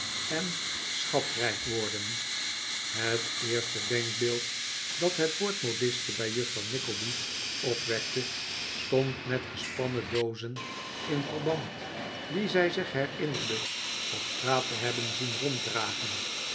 en schatrijk worden het eerste denkbeeld dat het woord modiste bij juffrouw nickleby opwekte stond met spanen doozen in verband die zij zich herinnerde op straat te hebben zien